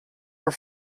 were